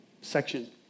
section